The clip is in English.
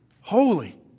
holy